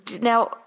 Now